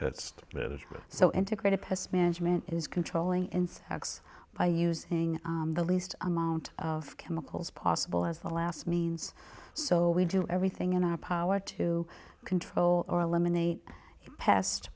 is so integrated pest management is controlling and acts by using the least amount of chemicals possible as a last means so we do everything in our power to control or eliminate p